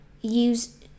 use